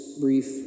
brief